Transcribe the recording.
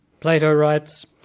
plato writes,